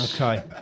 Okay